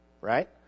right